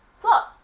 Plus